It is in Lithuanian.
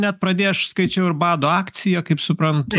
net pradėjo aš skaičiau ir bado akciją kaip suprantu